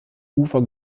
ufer